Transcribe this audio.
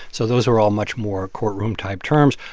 so those are all much more courtroom-type terms.